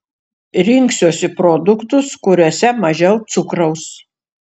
rinksiuosi produktus kuriuose mažiau cukraus